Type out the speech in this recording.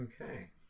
Okay